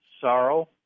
sorrow